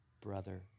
brother